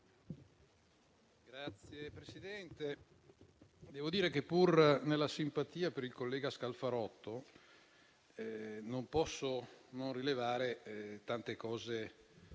Signor Presidente, devo dire che, pur nella simpatia per il collega Scalfarotto, non posso non rilevare che tante cose